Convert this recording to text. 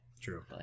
True